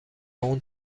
اون